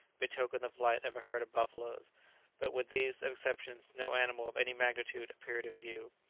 betokened the flight of a herd of buffaloes but with these exceptions no animal of any magnitude appeared in view.